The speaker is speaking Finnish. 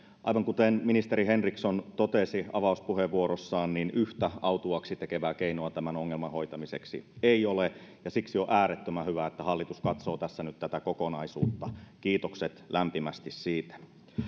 aivan kuten ministeri henriksson totesi avauspuheenvuorossaan niin yhtä autuaaksi tekevää keinoa tämän ongelman hoitamiseksi ei ole ja siksi on äärettömän hyvä että hallitus katsoo tässä nyt tätä kokonaisuutta kiitokset lämpimästi siitä